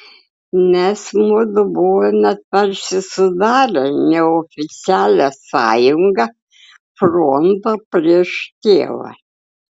nes mudu buvome tarsi sudarę neoficialią sąjungą frontą prieš tėvą